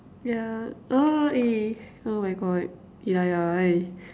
yeah !aww! eh oh my God hidaya eh